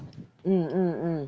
mm mm mm